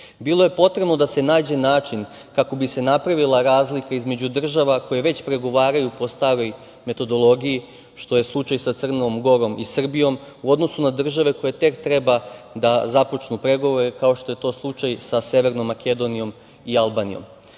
Bilo je potrebno da se nađe način kako bi se napravila razlika između država koje već pregovaraju po staroj metodologiji, što je slučaj sa Crnom Gorom i Srbijom, u odnosu na države koje tek treba da započnu pregovore, kao što je slučaj sa Severnom Makedonijom i Albanijom. Upravo